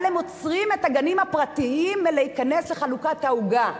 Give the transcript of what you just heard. אבל הם עוצרים את הגנים הפרטיים מלהיכנס לחלוקת העוגה.